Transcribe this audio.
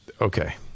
Okay